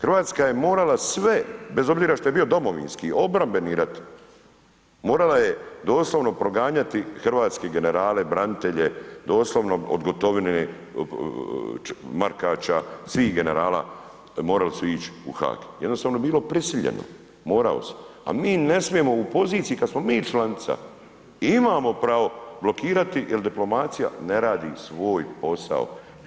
Hrvatska je morala sve bez obzira što je bio Domovinski, obrambeni rat, morala je doslovno proganjati hrvatske generale, branitelje, doslovno od Gotovine, Markača, svih generala, morali su ić u Haag, jednostavno je bilo prisiljeno, moralo se a mi ne smijemo u poziciji kad smo mi članica i imamo pravo blokirati jer diplomacija ne radi svoj posao.